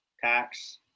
tax